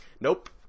nope